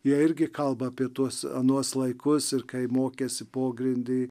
jie irgi kalba apie tuos anuos laikus ir kai mokėsi pogrindy